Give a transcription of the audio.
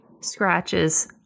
scratches